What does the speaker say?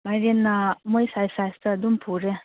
ꯃꯥꯏꯔꯦꯟꯅ ꯃꯣꯏ ꯁꯥꯏꯖ ꯁꯥꯏꯖꯇ ꯑꯗꯨꯝ ꯄꯨꯔꯦ